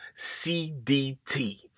CDT